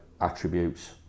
attributes